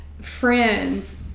friends